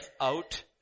out